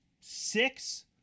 six